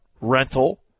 rental